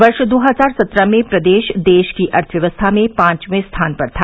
वर्ष दो हजार सत्रह में प्रदेश देश की अर्थव्यवस्था में पांचवे स्थान पर था